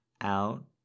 out